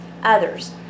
others